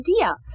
idea